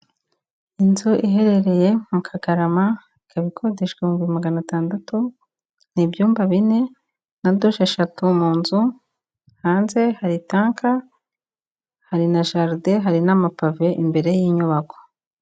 Inzu iherereye mu Kagarama ikaba ikodeshwa ibihumbi magana atandatu, ni ibyuyumba bine na dushe eshatu mu nzu, hanze hari tanka hari na jaride, hari n'amapave imbere y'inyubako.